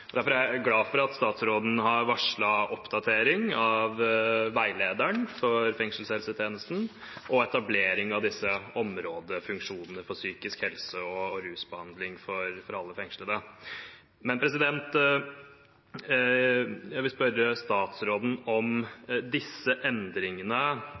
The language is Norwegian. Derfor er jeg glad for at statsråden har varslet oppdatering av veilederen for fengselshelsetjenesten og etablering av disse områdefunksjonene for psykisk helse og rusbehandling for alle fengslede. Jeg vil spørre statsråden